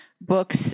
books